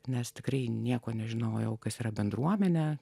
nes tikrai nieko nežinojau kas yra bendruomenę